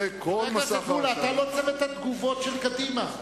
חבר הכנסת מולה, אתה לא צוות התגובות של קדימה.